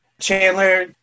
Chandler